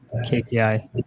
KPI